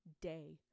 day